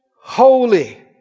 holy